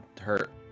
hurt